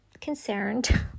concerned